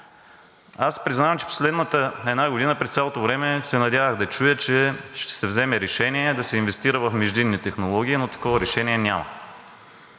Аз признавам, че последната една година през цялото време се надявах да чуя, че ще се вземе решение да се инвестира в междинни технологии, но такова решение няма.